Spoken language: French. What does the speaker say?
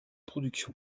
productions